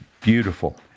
beautiful